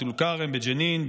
בטול כרם ובג'נין,